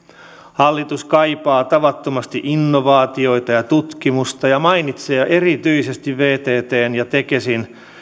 hallitus kaipaa tavattomasti innovaatioita ja tutkimusta ja mainitsee erityisesti vttn ja tekesin